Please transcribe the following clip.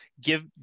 Give